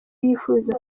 yifuza